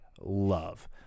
love